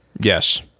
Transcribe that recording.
Yes